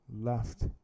left